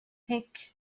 mhic